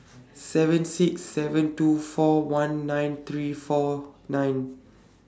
seven six seven two four one nine three four nine